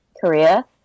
korea